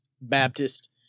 Baptist